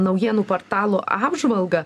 naujienų portalų apžvalga